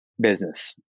business